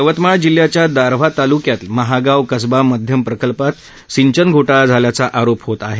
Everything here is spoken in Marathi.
यवतमाळ जिल्ह्याच्या दारव्हा तालुक्यातल्या महागाव कसबा मध्यम प्रकल्पात सिंचन घोटाळा झाल्याचा आरोप होत आहेत